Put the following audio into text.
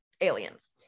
aliens